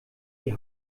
die